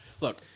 Look